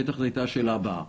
זו בטח תהיה השאלה הבאה.